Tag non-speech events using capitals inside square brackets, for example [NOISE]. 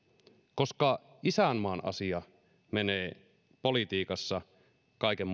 koska isänmaan asia menee politiikassa kaiken [UNINTELLIGIBLE]